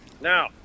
Now